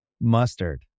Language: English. Mustard